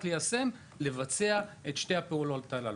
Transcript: זה רק ליישם ולבצע את שתי הפעולות הללו.